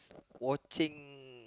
watching